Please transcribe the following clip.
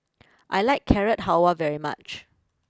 I like Carrot Halwa very much